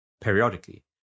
periodically